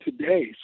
today